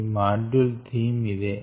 ఈ module theme ఇదే